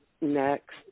next